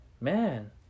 man